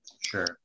Sure